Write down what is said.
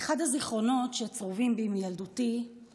אחד הזיכרונות שצרובים בי מילדותי הוא